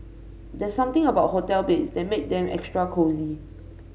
there's something about hotel beds that make them extra cosy